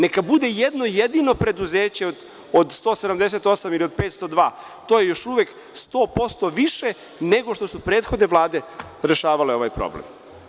Neka bude jedno jedino preduzeće od 178 ili od 502, to je još uvek 100% više nego što su prethodne vlade rešavale ovaj problem.